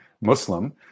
Muslim